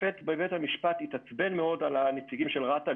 השופט בבית המשפט התעצבן מאוד על הנציגים של רת"א,